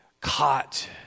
caught